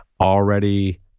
already